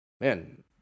man